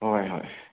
ꯍꯣꯏ ꯍꯣꯏ